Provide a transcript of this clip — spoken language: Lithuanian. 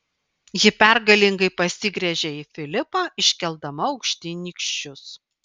ji pergalingai pasigręžė į filipą iškeldama aukštyn nykščius